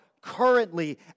currently